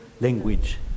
language